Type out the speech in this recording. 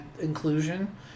inclusion